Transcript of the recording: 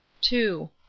Two